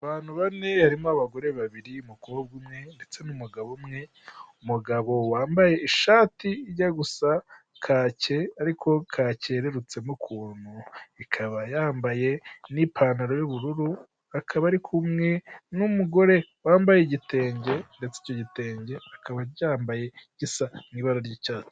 Abantu bane harimo abagore babiri umukobwa umwe ndetse n'umugabo umwe, umugabo wambaye ishati ijya gusa kake ariko kake yererutsemo ukuntu, akaba yambaye n'ipantaro y'ubururu akaba ari kumwe n'umugore wambaye igitenge ndetse icyo gitenge akaba yambaye gisa n'i ibara ry'icyatsi.